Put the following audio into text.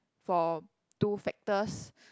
for two factors